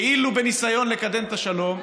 כאילו בניסיון לקדם את השלום,